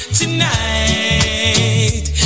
tonight